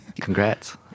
Congrats